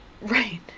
Right